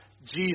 Jesus